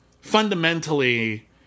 fundamentally